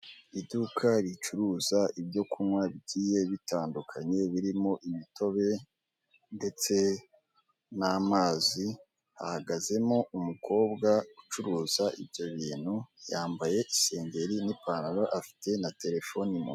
Iyi foto iragaragaza ahantu bacuruzwa hari abantu bari guhaha hari aho ubu abantu bishimye aho umuntu afite ibyagiye kwa mu ntoki hari naho umuntu atishimye.